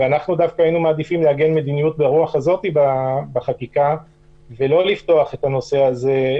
אנחנו מעדיפים לעגן בחקיקה מדיניות ברוח הזאת,